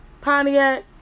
Pontiac